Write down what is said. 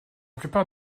plupart